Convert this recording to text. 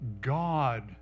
God